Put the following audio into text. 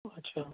اچھا